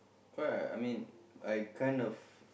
correct I mean I kind of